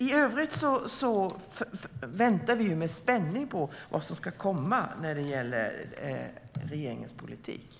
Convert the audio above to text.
I övrigt väntar vi med spänning på vad som ska komma med regeringens politik.